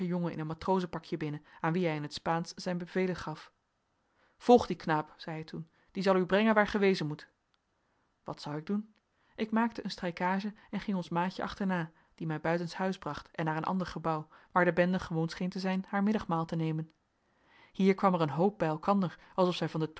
in een matrozenpakje binnen aan wien hij in t spaansch zijn bevelen gaf volg dien knaap zei hij toen die zal u brengen waar gij wezen moet wat zou ik doen ik maakte een strijkage en ging ons maatje achterna die mij buitenshuis bracht en naar een ander gebouw waar de bende gewoon scheen te zijn haar middagmaal te nemen hier kwam er een hoop bij elkander alsof zij van den